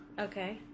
Okay